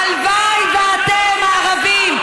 הלוואי שאתם, הערבים,